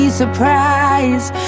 surprise